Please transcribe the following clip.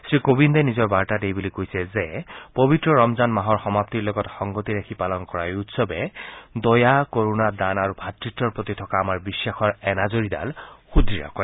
শ্ৰীকোবিন্দে নিজৰ বাৰ্তাত এই বুলি কৈছে যে পৱিত্ৰ ৰমজান মাহৰ সমাপ্তিৰ লগত সংগতি ৰাখি পালন কৰা এই উৎসৱে দয়া কৰুণা দান আৰু ভাত়ত্বৰ প্ৰতি থকা আমাৰ বিশ্বাসৰ এনাজৰীডাল সূদঢ় কৰে